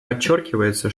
подчеркивается